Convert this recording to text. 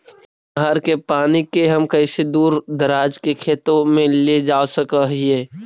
नहर के पानी के हम कैसे दुर दराज के खेतों में ले जा सक हिय?